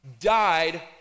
died